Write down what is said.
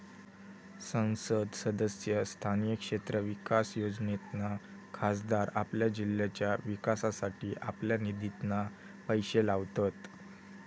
संसद सदस्य स्थानीय क्षेत्र विकास योजनेतना खासदार आपल्या जिल्ह्याच्या विकासासाठी आपल्या निधितना पैशे लावतत